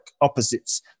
opposites